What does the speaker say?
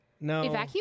No